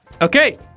Okay